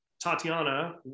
tatiana